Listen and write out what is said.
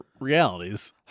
realities